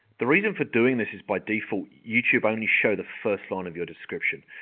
the reason for doing this is by default, youtube only show the first line of your description,